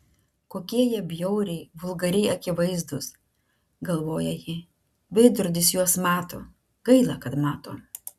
kokie jie bjauriai vulgariai akivaizdūs galvoja ji veidrodis juos mato gaila kad mato